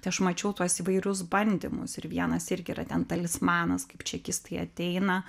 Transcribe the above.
tai aš mačiau tuos įvairius bandymus ir vienas irgi yra ten talismanas kaip čekistai ateina